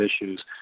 issues